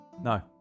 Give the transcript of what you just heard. no